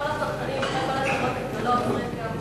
אני גם שמחה שמשרד הבריאות ראה את,